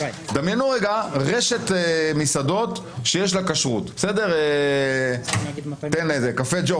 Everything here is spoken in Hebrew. דמיינו רגע רשת מסעדות שיש לה כשרות, קפה ג'ו